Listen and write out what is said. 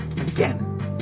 Again